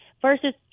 Versus